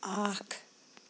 اَکھ